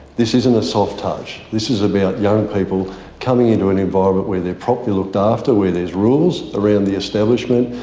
this isn't a soft touch. this is about young people coming into an environment where they're properly looked after, where there's rules around the establishment,